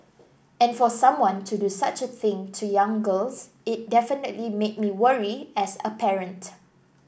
and for someone to do such a thing to young girls it definitely made me worry as a parent